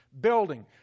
building